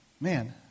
man